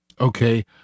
Okay